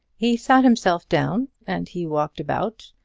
he sat himself down, and he walked about,